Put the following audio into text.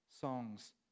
songs